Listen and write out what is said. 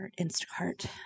Instacart